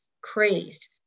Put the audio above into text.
crazed